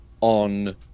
on